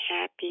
Happy